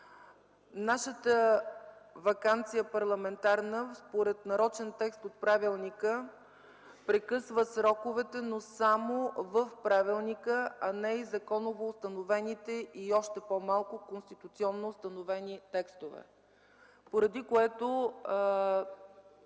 Нашата парламентарна ваканция според нарочен текст от правилника прекъсва сроковете, но само в правилника, а не и законово установените, и още по-малко конституционно установени текстове, поради което